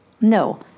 no